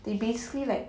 they basically like